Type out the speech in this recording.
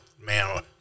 Man